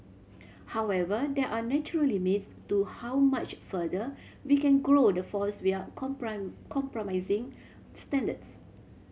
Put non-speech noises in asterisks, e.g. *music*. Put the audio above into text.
however there are natural limits to how much further we can grow the force without *unintelligible* compromising standards